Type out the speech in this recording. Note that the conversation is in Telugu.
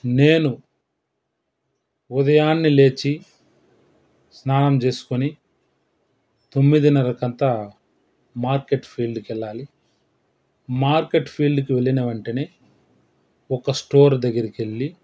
నేను ఉదయాన్నే లేచి స్నానం చేస్కొని తొమ్మిదినర్రకంతా మార్కెట్ ఫీల్డ్కెళ్ళాలి మార్కెట్ ఫీల్డ్కి వెళ్ళిన వెంటనే ఒక స్టోర్ దగ్గరికెళ్ళి